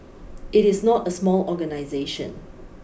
it is not a small organisation